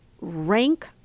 rank